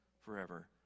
forever